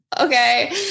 okay